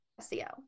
SEO